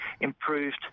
improved